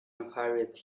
unhurried